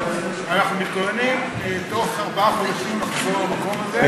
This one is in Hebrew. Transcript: אנחנו מתכוננים תוך ארבעה חודשים לחזור למקום הזה.